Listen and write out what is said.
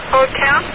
Hotel